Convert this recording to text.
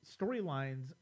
storylines